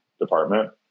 department